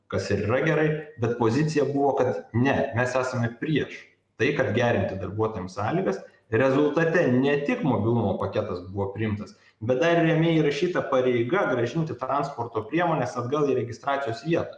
kas ir yra gerai bet pozicija buvo kad ne mes esame prieš tai kad gerinti darbuotojams sąlygas rezultate ne tik mobilumo paketas buvo priimtas bet dar ir jame įrašyta pareiga grąžinti transporto priemones atgal į registracijos vietą